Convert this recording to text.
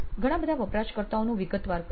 ઘણા બધા વપરાશકર્તાઓનું વિગતવાર કર્યું